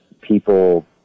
people